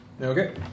Okay